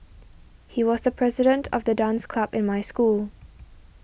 he was the president of the dance club in my school